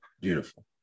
beautiful